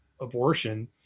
abortion